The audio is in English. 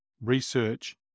research